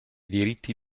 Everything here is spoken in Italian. diritti